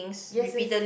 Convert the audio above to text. yes yes